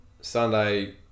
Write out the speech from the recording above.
Sunday